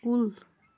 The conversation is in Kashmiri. کُل